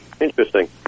Interesting